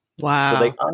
Wow